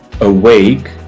awake